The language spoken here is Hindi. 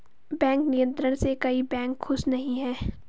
बैंक नियंत्रण से कई बैंक खुश नही हैं